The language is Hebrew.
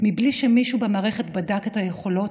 בלי שמישהו במערכת בדק את היכולות,